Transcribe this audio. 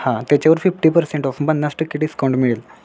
हा त्याच्यावर fifty percent off पन्नास टक्के डिस्काउंट मिळेल